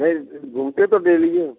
नहीं घूमते तो डेली हैं